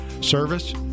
service